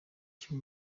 icyo